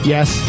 Yes